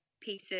pieces